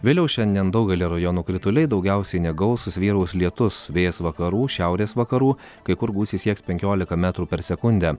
vėliau šiandien daugelyje rajonų krituliai daugiausiai negausūs vyraus lietus vėjas vakarų šiaurės vakarų kai kur gūsiai sieks penkiolika metrų per sekundę